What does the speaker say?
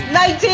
19